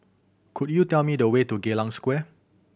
could you tell me the way to Geylang Square